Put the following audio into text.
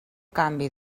canvi